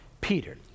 Peter